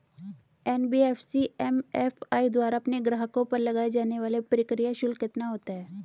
NBFC MFI द्वारा अपने ग्राहकों पर लगाए जाने वाला प्रक्रिया शुल्क कितना होता है?